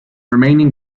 remaining